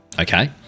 Okay